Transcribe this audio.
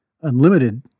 unlimited